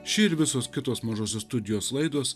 ši ir visos kitos mažosios studijos laidos